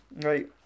right